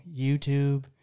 YouTube